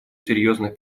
серьезных